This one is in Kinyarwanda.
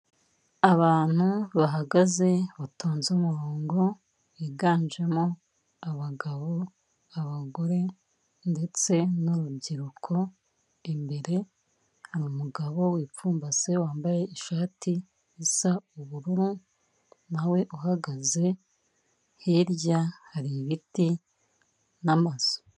Abantu bahagaze, batonze umurongo, biganjemo abagabo, abagore ndetse n'urubyiruko, imbere hari umugabo wipfumbase wambaye ishati isa ubururu nawe uhagaze hirya hari ibiti n'amazu.